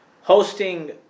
hosting